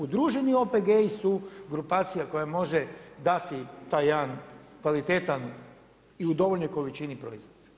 Udruženi OPG-i su grupacija koja može dati taj jedan kvalitetan i u dovoljnoj količini proizvoda.